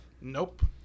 Nope